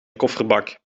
kofferbak